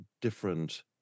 different